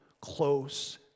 close